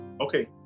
okay